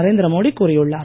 நரேந்திர மோடி கூறியுள்ளார்